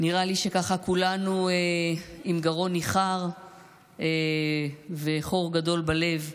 נראה לי שככה כולנו עם גרון ניחר וחור גדול בלב.